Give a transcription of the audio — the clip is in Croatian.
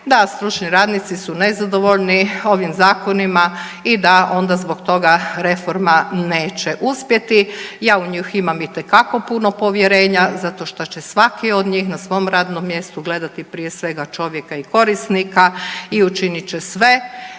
da stručni radnici su nezadovoljni ovim zakonima i da onda zbog toga reforma neće uspjeti. Ja u njih imam itekako puno povjerenja zato što će svaki od njih na svom radnom mjestu gledati prije svega čovjeka i korisnika i učinit će sve